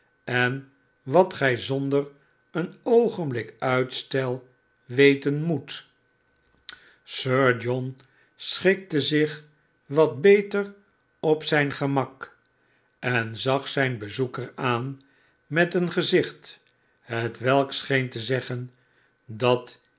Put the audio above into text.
en wat gij zonder een oogenblik uitstel weten moet sir john schikte zich wat beter op zijn gemak en zag zijn bezoeker aan met een gezicht hetwelk scheen te zeggen s dat